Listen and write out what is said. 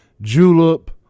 Julep